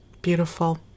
Beautiful